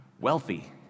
wealthy